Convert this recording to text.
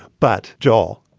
but, joel,